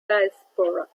diaspora